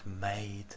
made